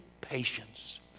patience